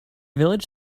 village